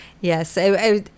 Yes